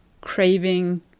craving